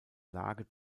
lage